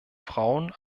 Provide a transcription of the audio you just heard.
frauen